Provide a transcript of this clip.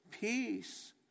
peace